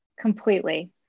completely